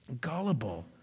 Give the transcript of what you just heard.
gullible